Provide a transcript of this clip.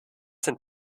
sind